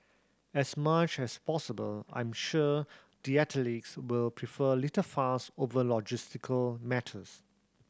as much as possible I'm sure the athletes will prefer little fuss over logistical matters